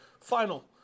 final